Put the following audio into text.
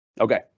Okay